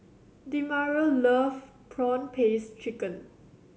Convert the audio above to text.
demario love prawn paste chicken